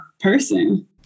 person